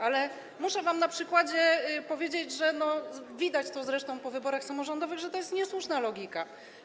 Ale muszę wam na przykładzie powiedzieć, widać to zresztą po wyborach samorządowych, że to jest niesłuszna logika.